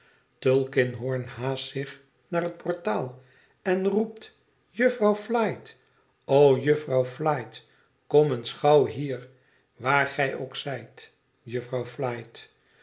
tulkinghorn haast zich naar het portaal en roept jufvrouw flite o jufvrouw flite kom eens gauw hier waar gij ook zijt jufvrouw flite